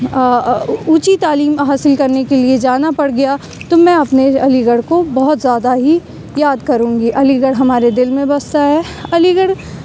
اونچی تعلیم حاصل کرنے کے لیے جانا پڑ گیا تو میں اپنے علی گڑھ کو بہت زیادہ ہی یاد کروں گی علی گڑھ ہمارے دل میں بستا ہے علی گڑھ